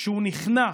שהוא נכנע,